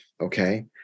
Okay